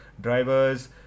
drivers